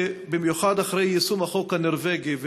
במיוחד אחרי יישום החוק הנורבגי,